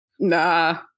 Nah